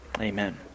Amen